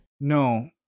No